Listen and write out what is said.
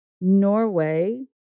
Norway